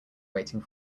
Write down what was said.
waiting